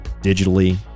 digitally